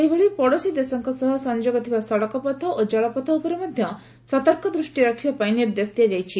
ସେହିଭଳି ପଡୋଶୀ ଦେଶଙ୍କ ସହ ସଂଯୋଗ ଥିବା ସଡ଼କ ପଥ ଓ ଜଳପଥ ଉପରେ ମଧ ସତର୍କ ଦୃଷି ରଖିବାପାଇଁ ନିର୍ଦ୍ଦେଶ ଦିଆଯାଇଛି